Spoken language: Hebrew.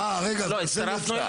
אה רגע אתה הצטרפת?